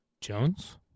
Jones